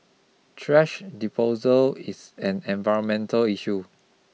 thrash disposal is an environmental issue